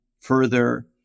further